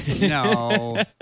No